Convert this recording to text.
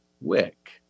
wick